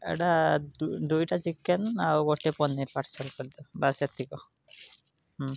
ଏଇଟା ଦୁଇଟା ଚିକେନ୍ ଆଉ ଗୋଟେ ପନିର୍ ପାର୍ସଲ୍ କରିଦେବେ ବାସ ଏତିକ ହୁଁ